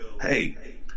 Hey